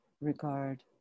regard